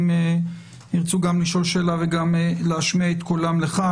אם ירצו גם לשאול שאלה וגם להשמיע את קולם לך.